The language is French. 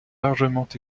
largement